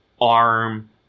arm